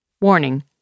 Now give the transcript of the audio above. Warning